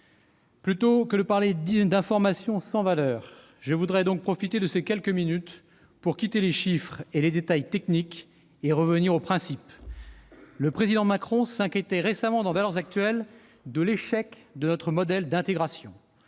Plutôt que de parler d'informations sans valeur, je voudrais donc profiter de ces quelques minutes pour quitter les chiffres et les détails techniques, et revenir aux principes. Le président Macron s'inquiétait récemment, dans, de « l'échec de notre modèle » d'intégration.